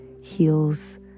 heals